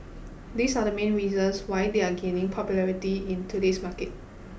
these are the main reasons why they are gaining popularity in today's market